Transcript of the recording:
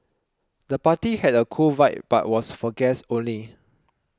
the party had a cool vibe but was for guests only